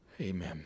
Amen